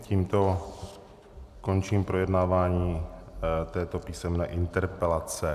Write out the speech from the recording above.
Tímto končím projednávání této písemné interpelace.